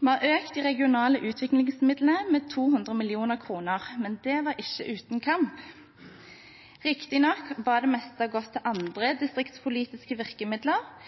Vi har økt de regionale utviklingsmidlene med 200 mill. kr, men det var ikke uten kamp. Riktignok gikk det meste til andre